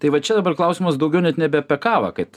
tai va čia dabar klausimas daugiau net nebe apie kavą kad